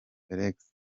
felix